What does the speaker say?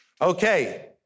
Okay